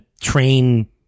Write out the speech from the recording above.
train